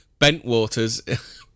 Bentwaters